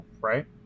Right